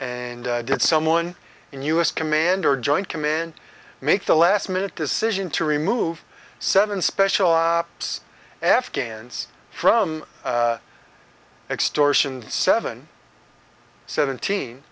and did someone in u s commander joint command make the last minute decision to remove seven special ops afghans from extortions seven seventeen